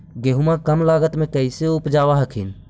गेहुमा कम लागत मे कैसे उपजाब हखिन?